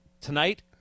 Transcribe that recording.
Tonight